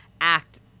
act